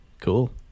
Cool